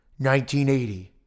1980